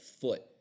foot